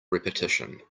repetition